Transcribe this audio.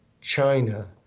China